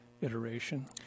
iteration